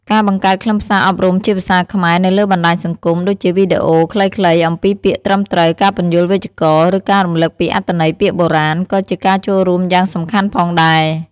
ការបង្កើតខ្លឹមសារអប់រំជាភាសាខ្មែរនៅលើបណ្តាញសង្គម ដូចជាវីដេអូខ្លីៗអំពីពាក្យត្រឹមត្រូវ ការពន្យល់វេយ្យាករណ៍ ឬការរំលឹកពីអត្ថន័យពាក្យបុរាណ ក៏ជាការចូលរួមយ៉ាងសំខាន់ផងដែរ។